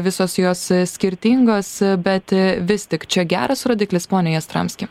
visos jos skirtingos bet vis tik čia geras rodiklis pone jastramski